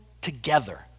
together